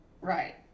Right